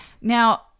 Now